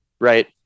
right